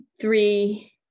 three